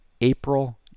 April